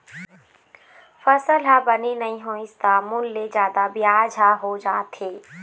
फसल ह बने नइ होइस त मूल ले जादा बियाज ह हो जाथे